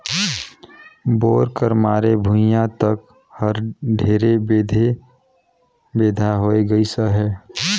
bore कर मारे भुईया तक हर ढेरे बेधे बेंधा होए गइस अहे